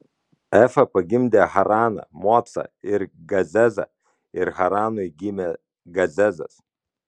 efa pagimdė haraną mocą ir gazezą ir haranui gimė gazezas